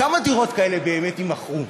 כמה דירות כאלה באמת יימכרו?